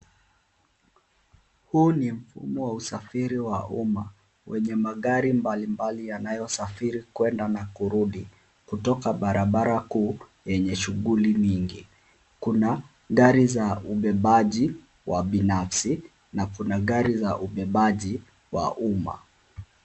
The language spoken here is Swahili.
Huu ni mfumo wa usafiri wa umma wenye magari mbali mbali yanayosafiri kwenda na kurudi kutoka barabara kuu yenye shughuli nyingi. Kuna gari za ubebaji wa binafsi na kuna gari za ubebaji wa umma.